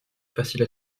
faciles